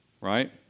right